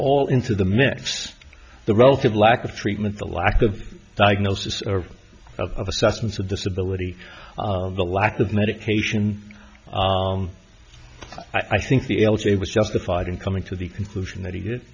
all into the mix the relative lack of treatment the lack of diagnosis of assessments of disability the lack of medication i think the l g a was justified in coming to the conclusion that he did